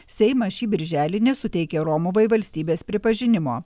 seimas šį birželį nesuteikė romuvai valstybės pripažinimo